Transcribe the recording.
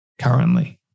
currently